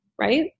right